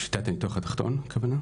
שיטת הניתוח התחתון אתה מתכוון?